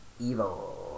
evil